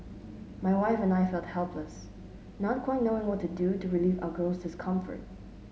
my wife and I felt helpless not quite knowing what to do to relieve our girl's discomfort